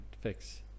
fix